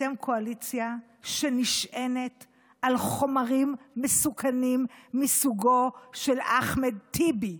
אתם קואליציה שנשענת על חומרים מסוכנים מסוגו של אחמד טיבי.